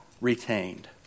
retained